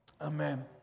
amen